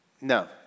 No